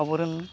ᱟᱵᱚᱨᱮᱱ